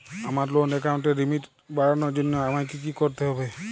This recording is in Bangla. আমার লোন অ্যাকাউন্টের লিমিট বাড়ানোর জন্য আমায় কী কী করতে হবে?